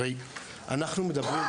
הרי אנחנו מדברים,